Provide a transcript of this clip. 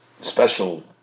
Special